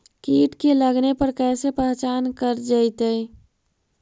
कीट के लगने पर कैसे पहचान कर जयतय?